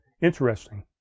interesting